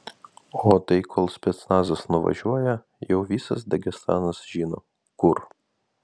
o tai kol specnazas nuvažiuoja jau visas dagestanas žino kur